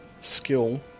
skill